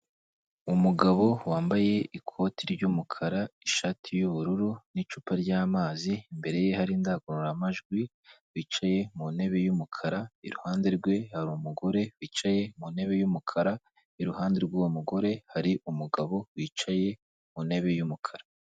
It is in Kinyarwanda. Umugabo wambaye ikoti ry'umukara, ishati y'ubururu n'icupa ry'amazi, imbere ye hari indangururamajwi, bicaye mu ntebe y'umukara, iruhande rwe hari umugore wicaye ku ntebe y'umukara, iruhande rw'uwo mugore hari umugabo wicaye ku ntebe y'umukara.